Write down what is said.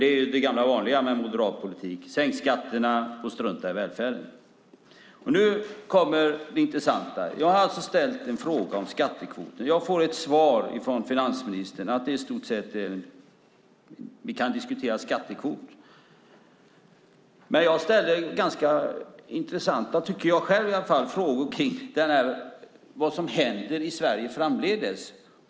Det är den gamla vanliga moderatpolitiken: Sänk skatterna och strunta i välfärden. Nu kommer det intressanta. Jag har ställt en fråga om skattekvoten. Jag får ett svar från finansministern som i stort sett bara säger att visst kan vi diskutera skattekvot. Jag ställde dock ganska intressanta frågor - tycker jag själv i alla fall - om vad som händer i Sverige framdeles.